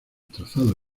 trazado